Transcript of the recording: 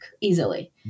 easily